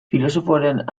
filosofoaren